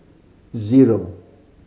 zero